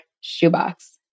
shoebox